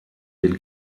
den